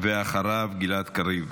אחריו, גלעד קריב.